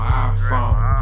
iPhone